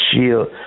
Shield